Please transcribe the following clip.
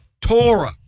Torah